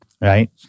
right